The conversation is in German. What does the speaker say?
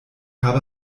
habe